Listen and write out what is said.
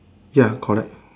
ya correct